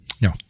No